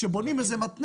כשבונים איזה מתנ"ס,